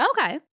Okay